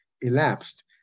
elapsed